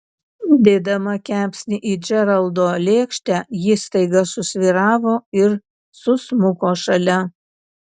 dėdama kepsnį į džeraldo lėkštę ji staiga susvyravo ir susmuko šalia